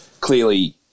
clearly